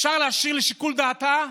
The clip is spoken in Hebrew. אפשר להשאיר לשיקול דעתה?